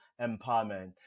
empowerment